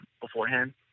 beforehand